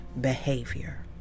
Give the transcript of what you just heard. behavior